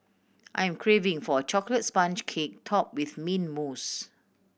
I am craving for a chocolate sponge cake top with mint mousse